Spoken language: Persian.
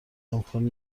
امکان